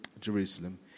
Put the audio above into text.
Jerusalem